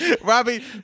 Robbie